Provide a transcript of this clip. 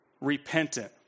repentant